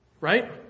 Right